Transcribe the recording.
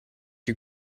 you